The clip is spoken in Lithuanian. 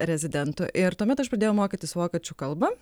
rezidentų ir tuomet aš pradėjau mokytis vokiečių kalbą